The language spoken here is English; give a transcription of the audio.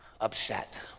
upset